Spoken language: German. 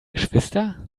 geschwister